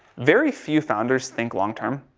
very few founders think long term.